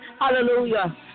Hallelujah